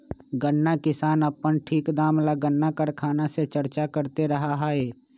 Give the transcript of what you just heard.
गन्ना किसान अपन ठीक दाम ला गन्ना कारखाना से चर्चा करते रहा हई